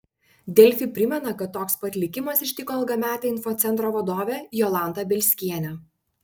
delfi primena kad toks pat likimas ištiko ilgametę infocentro vadovę jolantą bielskienę